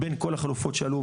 בין כל החלופות שעלו,